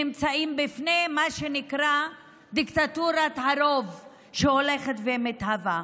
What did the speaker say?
שנמצאים בפני מה שנקרא דיקטטורת הרוב שהולכת ומתהווה.